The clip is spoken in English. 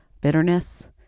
bitterness